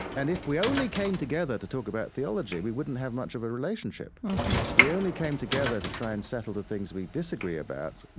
and if we only came together to talk about theology, we wouldn't have much of a relationship. if we only came together to try and settle the things we disagree about,